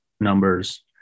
numbers